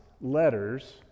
letters